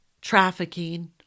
trafficking